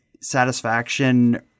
satisfaction